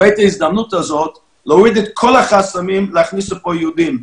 ובעת ההזדמנות הזאת להוריד את כל החסמים להכניס לפה יהודים.